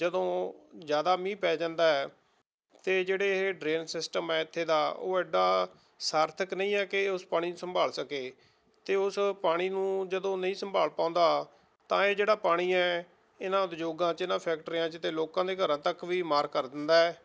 ਜਦੋਂ ਜ਼ਿਆਦਾ ਮੀਂਹ ਪੈ ਜਾਂਦਾ ਤਾਂ ਜਿਹੜਾ ਇਹ ਡਰੇਨ ਸਿਸਟਮ ਹੈ ਇੱਥੇ ਦਾ ਉਹ ਐਡਾ ਸਾਰਥਕ ਨਹੀਂ ਹੈ ਕਿ ਉਸ ਪਾਣੀ ਸੰਭਾਲ ਸਕੇ ਅਤੇ ਉਸ ਪਾਣੀ ਨੂੰ ਜਦੋਂ ਨਹੀਂ ਸੰਭਾਲ ਪਾਉਂਦਾ ਤਾਂ ਇਹ ਜਿਹੜਾ ਪਾਣੀ ਹੈ ਇਹਨਾਂ ਉਦਯੋਗਾਂ 'ਚ ਇਹਨਾਂ ਫੈਕਟਰੀਆਂ 'ਚ ਅਤੇ ਲੋਕਾਂ ਦੇ ਘਰਾਂ ਤੱਕ ਵੀ ਮਾਰ ਕਰ ਦਿੰਦਾ